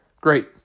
Great